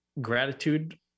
gratitude